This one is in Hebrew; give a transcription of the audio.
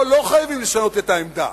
פה לא חייבים לשנות את העמדה.